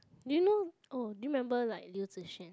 did you know oh do you remember like Liu Zi Xuan